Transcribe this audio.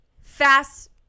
Fast